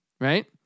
right